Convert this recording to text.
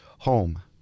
home